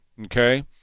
okay